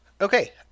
Okay